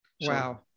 Wow